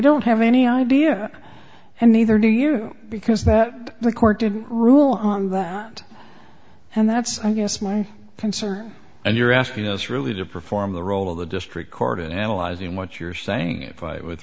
don't have any idea and neither do you because that the court didn't rule on that and that's i guess my concern and you're asking us really to perform the role of the district court in analyzing what you're saying it